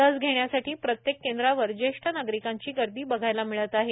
लस घेण्यासाठी प्रत्येक केंद्रवार जेष्ठ नागरिकांची गर्दी बघायला मिळत आहे